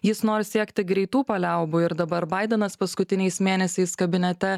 jis nori siekti greitų paliaubų ir dabar baidenas paskutiniais mėnesiais kabinete